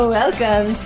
welcome